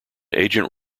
agent